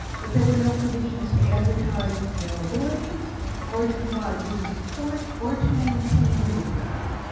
but there were no provisions to advertise its availability or to provide user support, or to maintain the equipment.